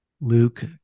Luke